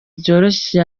byoroshye